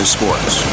Sports